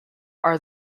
are